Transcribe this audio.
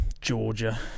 Georgia